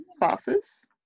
classes